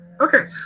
Okay